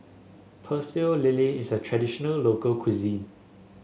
Pecel Lele is a traditional local cuisine